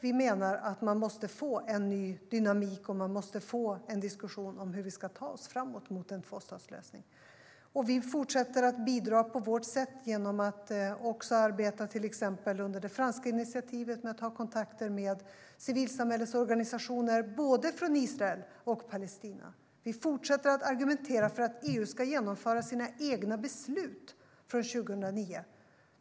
Vi menar även att man måste få en ny dynamik och en diskussion om hur vi ska ta oss framåt mot en tvåstatslösning. Vi fortsätter att bidra på vårt sätt genom att också arbeta till exempel under det franska initiativet med kontakter med civilsamhällesorganisationer både från Israel och från Palestina. Vi fortsätter att argumentera för att EU ska genomföra sina egna beslut från 2009.